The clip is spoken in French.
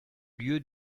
lieu